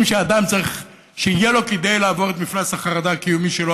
שאדם צריך שיהיה לו כדי לעבור את מפלס החרדה הקיומי שלו.